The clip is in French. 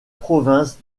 provinces